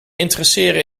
interesseren